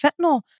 fentanyl